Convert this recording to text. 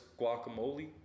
guacamole